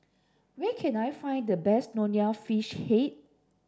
where can I find the best Nonya Fish Head